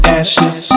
ashes